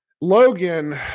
Logan